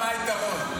אני אגיד לך מה היתרון.